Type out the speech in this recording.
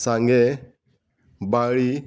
Sanguem Balli